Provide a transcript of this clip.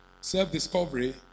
Self-discovery